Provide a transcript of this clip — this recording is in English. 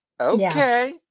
Okay